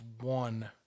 one